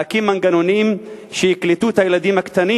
להקים מנגנונים שיקלטו את הילדים הקטנים